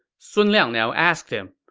sun liang now asked him,